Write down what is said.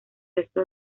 resto